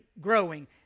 growing